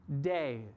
Day